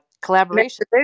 collaboration